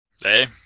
Hey